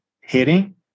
hitting